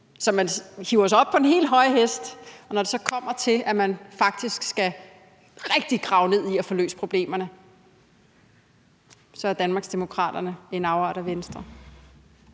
Så man hiver sig op på den helt høje hest, og når det så kommer til, at man faktisk rigtig skal grave ned i at få løst problemerne, er Danmarksdemokraterne en afart af Venstre.